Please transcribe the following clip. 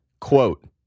quote